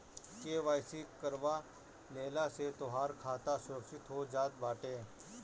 KYC करवा लेहला से तोहार खाता सुरक्षित हो जात बाटे